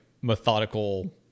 methodical